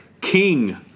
King